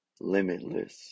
limitless